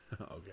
Okay